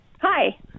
hi